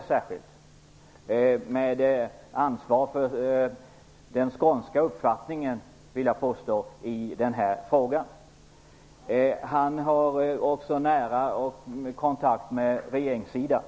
Han har, vill jag påstå, ansvar för den skånska uppfattningen i den här frågan. Han har också nära kontakt med regeringssidan.